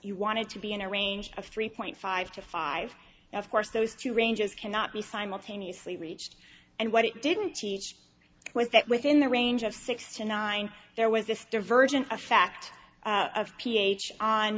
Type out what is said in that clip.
you wanted to be in a range of three point five to five of course those two ranges cannot be simultaneously reached and what it didn't teach was that within the range of six to nine there was this divergence a fact of ph on